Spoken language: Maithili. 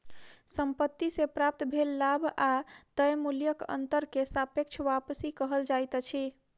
संपत्ति से प्राप्त भेल लाभ आ तय मूल्यक अंतर के सापेक्ष वापसी कहल जाइत अछि